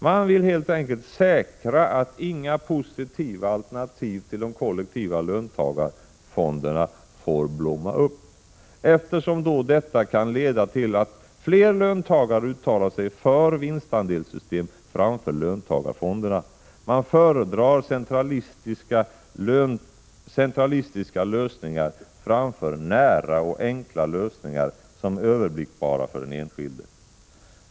Man vill helt enkelt säkra att inga positiva alternativ till de kollektiva löntagarfonderna får blomma upp, eftersom detta kan leda till att fler löntagare uttalar sig för vinstandelssystem framför löntagarfonderna. Man föredrar centralistiska lösningar framför ”nära” och enkla lösningar som är överblickbara för den enskilde.